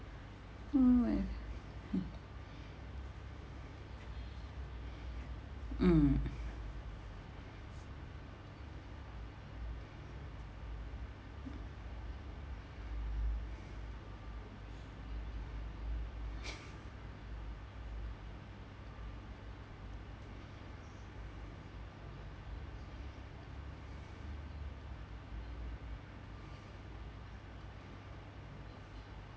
mm eh mm mm